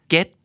Get